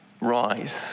rise